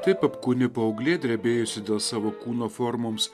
taip apkūni paauglė drebėjusi dėl savo kūno formoms